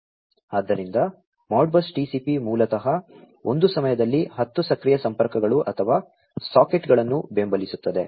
ಆದ್ದರಿಂದ Modbus TCP ಮೂಲತಃ ಒಂದು ಸಮಯದಲ್ಲಿ 10 ಸಕ್ರಿಯ ಸಂಪರ್ಕಗಳು ಅಥವಾ ಸಾಕೆಟ್ಗಳನ್ನು ಬೆಂಬಲಿಸುತ್ತದೆ